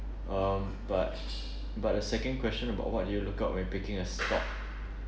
um but but the second question about what do you look out when picking a stock